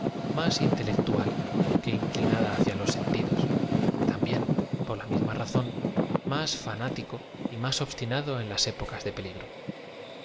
más intelectual que inclinada hacía los sentidos y también por la misma razón más fanático y más obstinado en las épocas de peligro